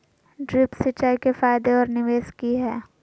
Drip सिंचाई के फायदे और निवेस कि हैय?